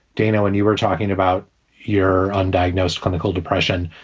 dana, when you were talking about your undiagnosed clinical depression.